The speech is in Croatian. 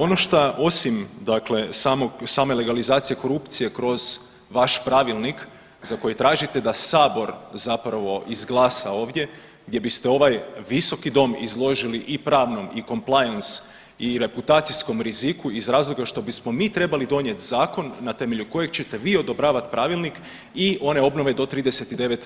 Ono šta osim dakle same legalizacije korupcije kroz vaš Pravilnik za koji tražite da Sabor zapravo izglasa ovdje gdje biste ovaj Visoki dom izložili i pravnom i complience i reputacijskom riziku iz razloga što bismo mi trebali donijeti zakon na temelju kojeg ćete vi odobravati Pravilnik i one obnove do 39